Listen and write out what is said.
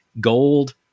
Gold